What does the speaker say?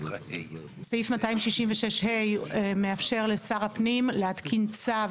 סעיף 266(ה) מאפשר לשר הפנים להתקין צו